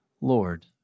Lord